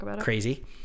crazy